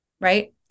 right